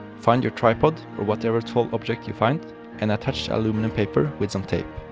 find your tripod or whatever tall object you find and attach aluminum paper with some tape.